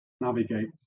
navigate